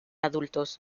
adultos